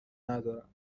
ندارم